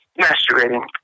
Masturbating